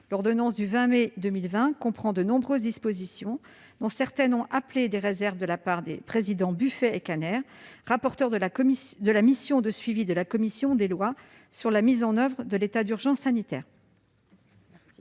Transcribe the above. L'ordonnance du 20 mai 2020 comprend de nombreuses dispositions, dont certaines ont appelé des réserves de la part de nos collègues François-Noël Buffet et Patrick Kanner, rapporteurs de la mission de suivi de la commission des lois sur la mise en oeuvre de l'état d'urgence sanitaire.